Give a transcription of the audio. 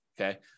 Okay